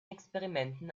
experimenten